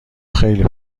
خیلی